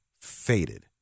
faded